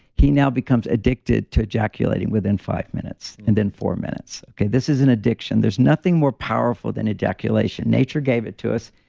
he now becomes addicted to ejaculating within five minutes and then four minutes. okay, this is an addiction. there's nothing more powerful than ejaculation. nature gave it to us.